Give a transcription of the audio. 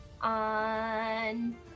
on